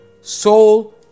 soul